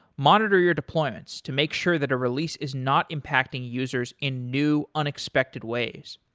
monitor your deployments to make sure that a release is not impacting users in new unexpected ways,